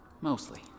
Mostly